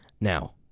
Now